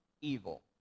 evil